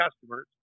customers